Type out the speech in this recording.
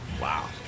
wow